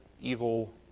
evil